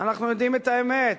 אנחנו יודעים את האמת,